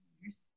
years